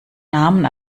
namen